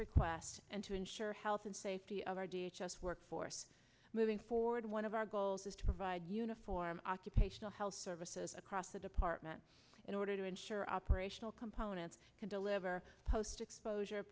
request and to ensure health and safety of our d h us workforce moving forward one of our goals is to provide uniform occupational health services across the department in order to ensure operational components can deliver post exposure